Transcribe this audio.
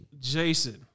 Jason